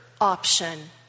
option